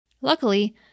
Luckily